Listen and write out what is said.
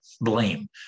blame